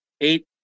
eight